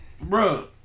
bro